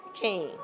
King